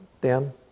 Dan